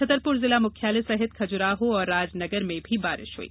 छतरपुर जिला मुख्यालय सहित खजुराहो और राजनगर में भी बारिश हुई